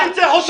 אני אצא.